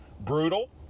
brutal